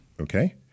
okay